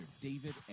David